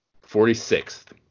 Forty-sixth